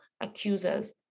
accusers